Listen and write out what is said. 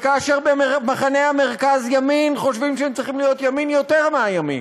כאשר במחנה המרכז-ימין חושבים שהם צריכים להיות ימין יותר מהימין,